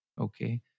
Okay